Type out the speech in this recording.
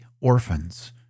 orphans